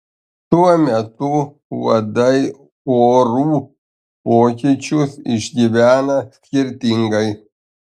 tuo metu uodai orų pokyčius išgyvena skirtingai